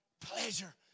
Pleasure